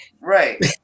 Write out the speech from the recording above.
Right